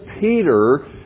Peter